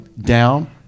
down